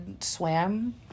swam